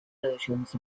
versions